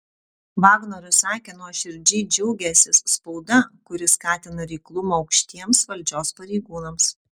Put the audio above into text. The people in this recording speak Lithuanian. vagnorius sakė nuoširdžiai džiaugiąsis spauda kuri skatina reiklumą aukštiems valdžios pareigūnams